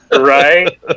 right